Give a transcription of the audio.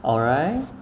alright